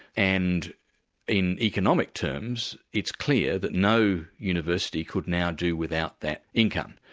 and in economic terms, it's clear that no university could now do without that income.